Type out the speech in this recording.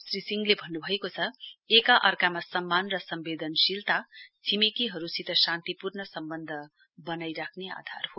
श्री सिंहले भन्नुभएको छ एका अर्कामा सम्मान र सम्वेदनशीलता छिमेकीहरुसित शान्तिपूर्ण सम्बन्ध बनाइ राख्ने आधार हो